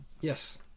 Yes